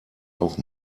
auch